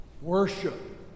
worship